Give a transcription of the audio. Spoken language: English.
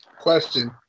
question